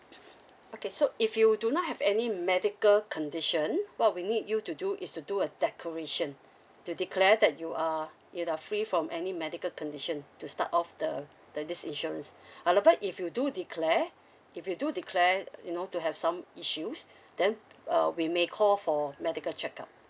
okay so if you do not have any medical condition what we need you to do is to do a declaration to declare that you are you are free from any medical condition to start off the the this insurance however if you do declare if you do declare you know to have some issues then uh we may call for medical checkup